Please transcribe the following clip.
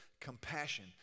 compassion